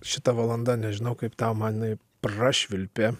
šita valanda nežinau kaip tau man jinai prašvilpė